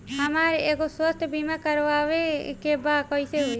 हमरा एगो स्वास्थ्य बीमा करवाए के बा कइसे होई?